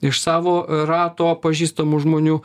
iš savo rato pažįstamų žmonių